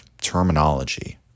terminology